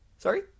Sorry